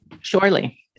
Surely